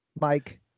Mike